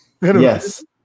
Yes